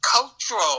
cultural